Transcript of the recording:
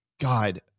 God